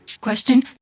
Question